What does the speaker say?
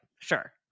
Sure